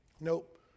Nope